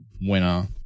winner